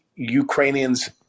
Ukrainians